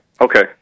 Okay